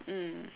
mm